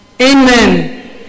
Amen